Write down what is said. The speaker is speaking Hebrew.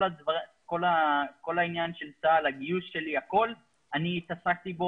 בכל עניין הגיוס שלי לצה"ל אני התעסקתי,